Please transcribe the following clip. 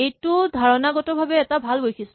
এইটো ধাৰণাগতভাৱে এটা ভাল বৈশিষ্ট